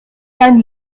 sein